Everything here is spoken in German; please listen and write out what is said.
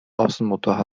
außenbordmotor